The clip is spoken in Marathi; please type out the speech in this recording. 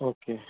ओके